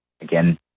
again